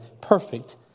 perfect